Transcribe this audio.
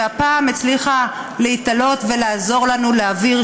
שהפעם הצליחה להתעלות ולעזור לנו להעביר,